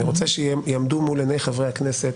אני רוצה שיעמדו מול עיני חברי הכנסת